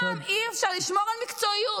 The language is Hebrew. אי-אפשר שם לשמור על מקצועיות?